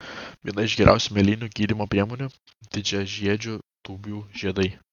viena iš geriausių mėlynių gydymo priemonių didžiažiedžių tūbių žiedai